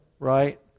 right